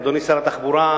אדוני שר התחבורה,